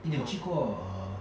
eh 你有去过 err